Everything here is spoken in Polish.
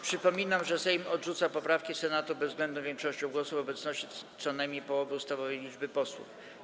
Przypominam, że Sejm odrzuca poprawki Senatu bezwzględną większością głosów w obecności co najmniej połowy ustawowej liczby posłów.